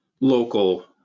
local